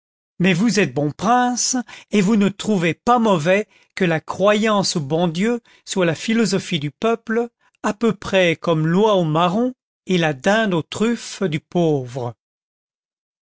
mais vous êtes bons princes et vous ne trouvez pas mauvais que la croyance au bon dieu soit la philosophie du peuple à peu près comme l'oie aux marrons est la dinde aux truffes du pauvre